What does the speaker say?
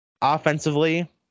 offensively